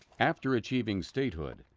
after achieving statehood,